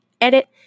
edit